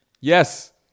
Yes